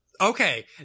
Okay